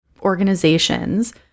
organizations